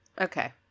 Okay